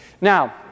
Now